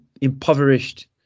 impoverished